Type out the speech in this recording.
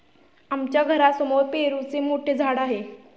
आमच्या घरासमोर पेरूचे मोठे झाड आहे